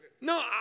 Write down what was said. No